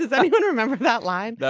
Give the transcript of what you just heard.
does anybody remember that line.